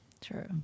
True